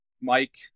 Mike